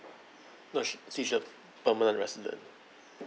no she's a permanent resident